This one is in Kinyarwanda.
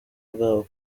bwabo